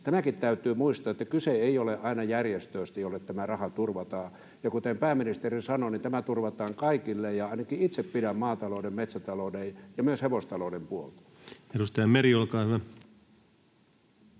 tämäkin täytyy muistaa, että kyse ei ole aina järjestöistä, joille tämä raha turvataan. Ja kuten pääministeri sanoi, tämä turvataan kaikille, ja ainakin itse pidän maatalouden, metsätalouden ja myös hevostalouden puolta. [Speech 152] Speaker: